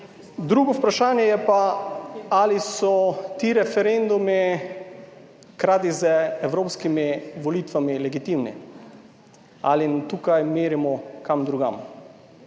Drugo vprašanje je pa, ali so ti referendumi hkrati(?) z evropskimi volitvami, legitimni ali tukaj merimo kam drugam?